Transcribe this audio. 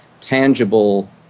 tangible